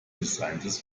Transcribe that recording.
designtes